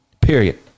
period